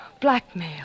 Blackmail